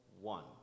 one